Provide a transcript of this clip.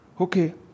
okay